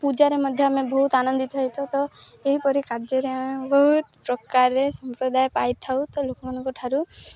ପୂଜାରେ ମଧ୍ୟ ଆମେ ବହୁତ ଆନନ୍ଦିତ ହୋଇଥାଉ ତ ଏହିପରି କାର୍ଯ୍ୟରେ ଆମେ ବହୁତ ପ୍ରକାରରେ ସମ୍ପ୍ରଦାୟ ପାଇଥାଉ ତ ଲୋକମାନଙ୍କଠାରୁ